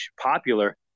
popular